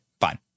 fine